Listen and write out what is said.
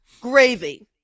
gravy